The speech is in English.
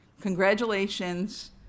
Congratulations